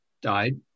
died